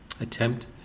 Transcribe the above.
attempt